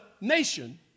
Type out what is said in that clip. nation